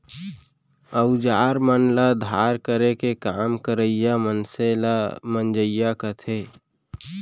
अउजार मन ल धार करे के काम करइया मनसे ल मंजइया कथें